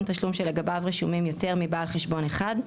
תשלום שלגביו רשומים יותר מבעל חשבון אחד,